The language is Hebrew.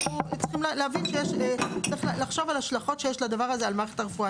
צריכים להבין שצריך לחשוב על השלכות שיש לדבר הזה על מערכת הרפואה.